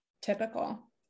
typical